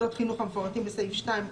מוסדות חינוך המפורטים בסעיף 2,